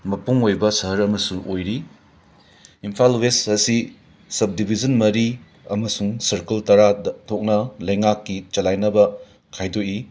ꯃꯄꯨꯡ ꯑꯣꯏꯕ ꯁꯍꯔ ꯑꯃꯁꯨ ꯑꯣꯏꯔꯤ ꯏꯝꯐꯥꯜ ꯋꯦꯁ ꯑꯁꯤ ꯁꯞ ꯗꯤꯕꯤꯖꯟ ꯃꯔꯤ ꯑꯃꯁꯨꯡ ꯁꯔꯀꯜ ꯇꯔꯥ ꯊꯣꯛꯅ ꯂꯩꯉꯥꯛꯀꯤ ꯆꯂꯥꯏꯅꯕ ꯈꯥꯏꯗꯣꯛꯏ